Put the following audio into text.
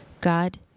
God